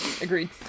agreed